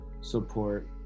support